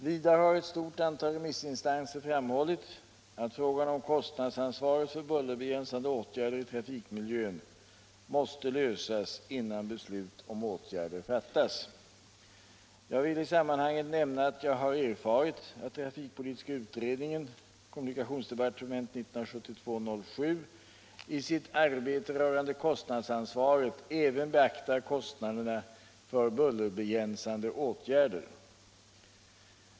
Vidare har ett stort antal remissinstanser framhållit att frågan om kostnadsansvaret för bullerbegränsande åtgärder i trafikmiljön måste lösas innan beslut om åtgärder fattas. Jag vill i sammanhanget nämna att jag har erfarit att trafikpolitiska utredningen i sitt arbete rörande kostnadsansvaret även beaktar kostnader för bullerbegränsande åtgärder.